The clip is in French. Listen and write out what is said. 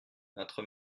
notre